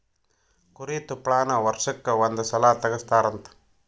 ಕುರಿ ತುಪ್ಪಳಾನ ವರ್ಷಕ್ಕ ಒಂದ ಸಲಾ ತಗಸತಾರಂತ